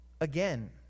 again